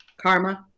karma